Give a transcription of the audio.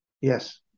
Yes